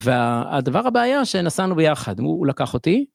והדבר הבעיה שנסענו ביחד, הוא לקח אותי.